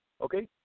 Okay